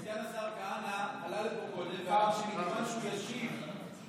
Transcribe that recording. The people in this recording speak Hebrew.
סגן השר כהנא עלה לפה קודם ואמר שמכיוון שהוא ישיב בהמשך,